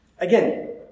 Again